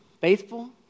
faithful